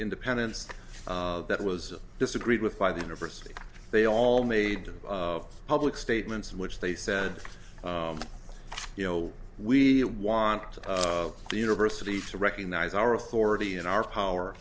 independence that was disagreed with by the university they all made public statements which they said you know we want the university to recognize our authority in our power